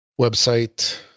website